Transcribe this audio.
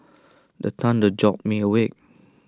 the thunder jolt me awake